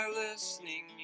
listening